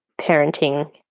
parenting